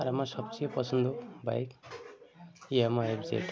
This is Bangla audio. আর আমার সবচেয়ে পছন্দ বাইক ইয়ামাহা এফজেড